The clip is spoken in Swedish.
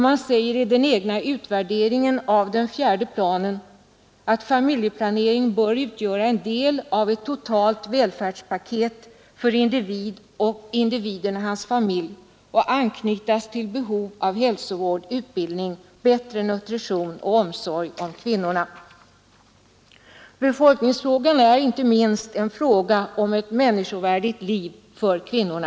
Man säger i den egna utvärderingen av den fjärde planen att familjeplanering bör utgöra en del av ett totalt välfärdspaket för den enskilde och hans familj och anknytas till behov av hälsovård, utbildning, bättre nutrition och omsorg om kvinnorna. Befolkningsfrågan är inte minst en fråga om ett människovärdigt liv för kvinnorna.